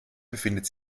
befindet